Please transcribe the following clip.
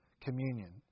communion